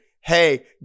hey